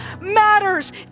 matters